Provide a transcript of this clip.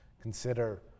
consider